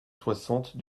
soixante